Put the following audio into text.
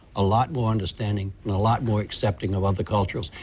a lot more understanding and a lot more accepting of other cultures,